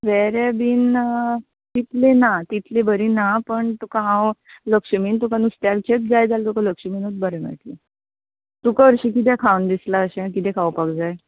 वेरें बीन तितलें ना तितलें बरी ना पण तुका हांव लक्ष्मीन तुका नुस्त्याचेंत जाय जाल् तुका लक्ष्मीनूत बरें मेळट्लें तुका हरशीं कितें खावन दिसलां अशें कितें खावपाक जाय